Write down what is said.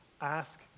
Ask